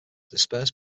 dispersed